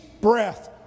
breath